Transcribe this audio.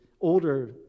older